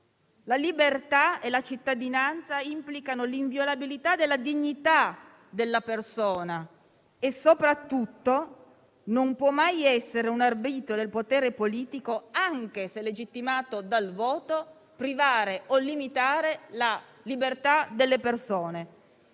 La libertà e la cittadinanza implicano l'inviolabilità della dignità della persona e, soprattutto, non può mai essere un arbitrio del potere politico, anche se legittimato dal voto, privare o limitare la libertà delle persone.